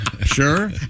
Sure